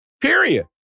period